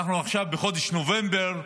עכשיו אנחנו בחודש נובמבר,